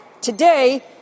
Today